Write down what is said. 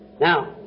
Now